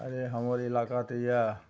अरे हमर इलाका तऽ इएह